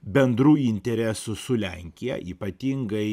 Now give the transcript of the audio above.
bendrų interesų su lenkija ypatingai